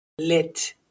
let